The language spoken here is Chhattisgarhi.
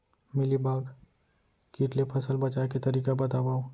मिलीबाग किट ले फसल बचाए के तरीका बतावव?